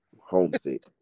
homesick